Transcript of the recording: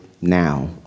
now